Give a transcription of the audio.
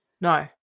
No